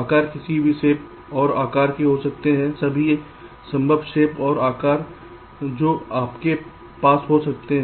आकार किसी भी शेप और आकार के हो सकते हैं सभी संभव शेप और आकार जो आपके पास हो सकते हैं